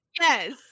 yes